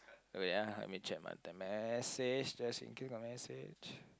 wait ah let me check my te~ message just in case my message